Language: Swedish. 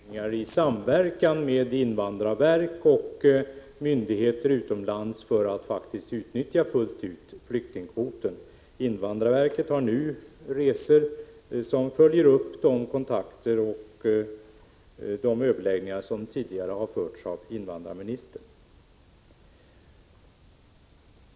Fru talman! Det görs nu betydande ansträngningar, i samverkan med invandrarverket och myndigheter utomlands, för att fullt ut utnyttja flyktingkvoten. Invandrarverkets personal reser runt för att följa upp de kontakter som har tagits och de överläggningar som tidigare har förts av invandrarministern.